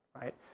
right